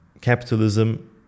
capitalism